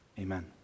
Amen